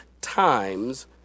Times